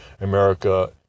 America